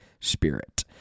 Spirit